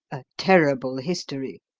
terrible history!